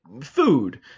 food